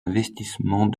investissement